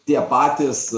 tie patys